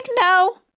no